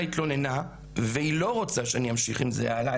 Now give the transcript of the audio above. התלוננה והיא לא רוצה שאני אמשיך עם זה הלאה.